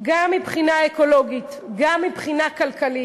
גם מבחינה אקולוגית וגם מבחינה כלכלית.